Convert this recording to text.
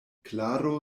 klaro